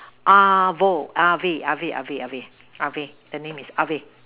Avo Areve Areve Areve Areve the name is Areve